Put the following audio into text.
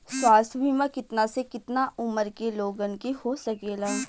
स्वास्थ्य बीमा कितना से कितना उमर के लोगन के हो सकेला?